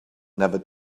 never